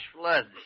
floods